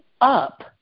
up